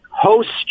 host's